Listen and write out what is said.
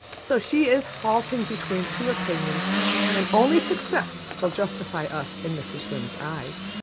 so she is halting between two opinions and only success will justify us in mrs. lynde's eyes.